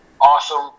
Awesome